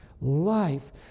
life